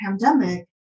pandemic